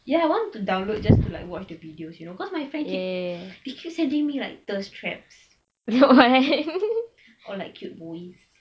ya I want to download just to like watch the videos you know cause my friend keep they keep sending me like thirst traps all like cute boys